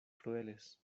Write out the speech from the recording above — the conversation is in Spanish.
crueles